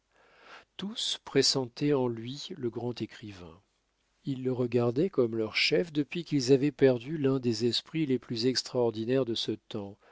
tous pressentaient en lui le grand écrivain ils le regardaient comme leur chef depuis qu'ils avaient perdu l'un des esprits les plus extraordinaires de ce temps